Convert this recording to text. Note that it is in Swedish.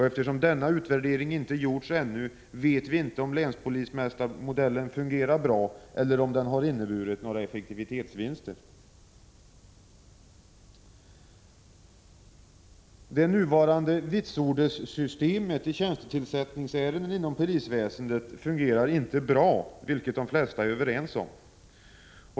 Eftersom denna utvärdering inte har gjorts ännu, vet vi inte om länspolismästarmodellen fungerar bra eller om den inneburit några effektivitetsvinster. Det nuvarande vitsordssystemet i tjänstetillsättningsärenden inom polisväsendet fungerar inte bra, vilket de flesta är överens om.